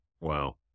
Wow